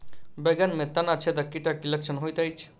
बैंगन मे तना छेदक कीटक की लक्षण होइत अछि?